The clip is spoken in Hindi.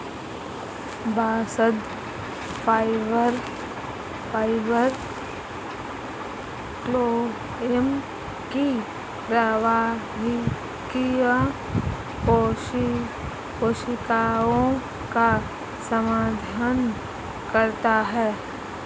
बास्ट फाइबर फ्लोएम की प्रवाहकीय कोशिकाओं का समर्थन करता है